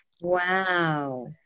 Wow